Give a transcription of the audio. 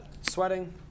Sweating